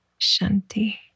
Shanti